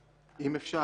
אפשר,